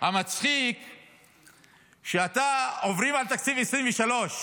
המצחיק הוא שעוברים על תקציב 2023,